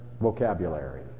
vocabulary